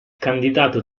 candidato